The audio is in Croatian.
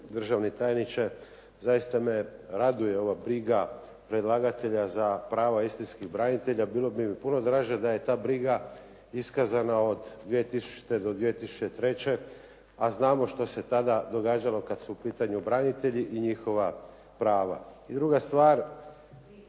državni tajniče. Zaista me raduje ova briga predlagatelja za prava istinskih branitelja. Bilo bi mi puno draže da je ta briga iskazana od 2000. do 2003. a znamo što se tada događalo kada su u pitanju branitelji i njihova prava. I druga stvar